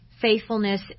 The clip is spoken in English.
Faithfulness